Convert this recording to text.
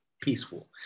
peaceful